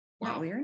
Wow